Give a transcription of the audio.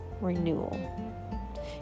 renewal